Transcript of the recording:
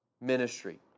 ministry